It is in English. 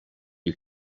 you